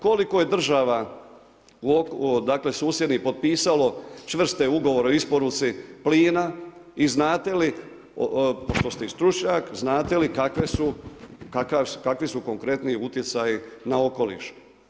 Koliko je država, dakle susjednih potpisalo čvrste ugovore o isporuci plina i znate li pošto ste i stručnjak, znate li kakvi su konkretni utjecaji na okoliš.